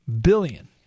billion